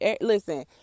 listen